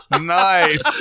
Nice